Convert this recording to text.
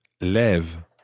lève